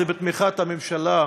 זה בתמיכת הממשלה,